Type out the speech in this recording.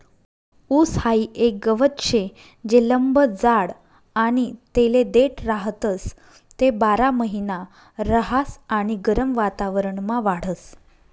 ऊस हाई एक गवत शे जे लंब जाड आणि तेले देठ राहतस, ते बारामहिना रहास आणि गरम वातावरणमा वाढस